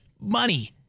money